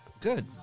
Good